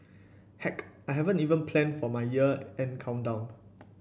heck I haven't even plan for my year end countdown